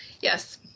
yes